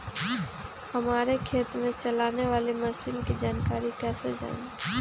हमारे खेत में चलाने वाली मशीन की जानकारी कैसे जाने?